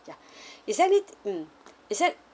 ya is there any mm is there